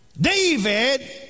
David